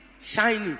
shiny